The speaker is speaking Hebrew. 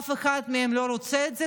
אף אחד מהם לא רוצה את זה,